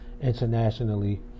internationally